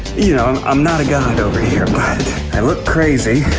you know, i'm not a god over here, but i look crazy,